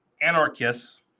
Anarchists